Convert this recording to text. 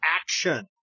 action